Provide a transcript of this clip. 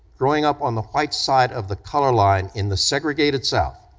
growing up on the white side of the color line in the segregated south,